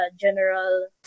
general